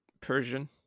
Persian